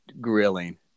grilling